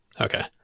Okay